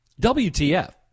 WTF